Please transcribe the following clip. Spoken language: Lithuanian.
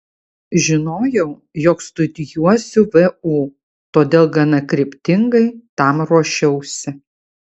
žinojau jog studijuosiu vu todėl gana kryptingai tam ruošiausi